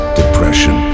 depression